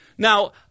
Now